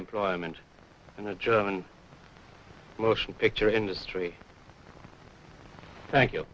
employment in the german motion picture industry thank you